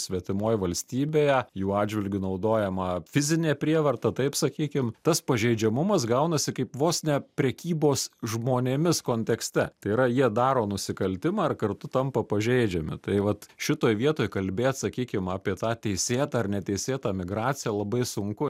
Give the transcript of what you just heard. svetimoj valstybėje jų atžvilgiu naudojama fizinė prievarta taip sakykim tas pažeidžiamumas gaunasi kaip vos ne prekybos žmonėmis kontekste tai yra jie daro nusikaltimą ir kartu tampa pažeidžiami tai vat šitoj vietoj kalbėt sakykim apie tą teisėtą ar neteisėtą migraciją labai sunku